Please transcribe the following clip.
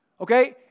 Okay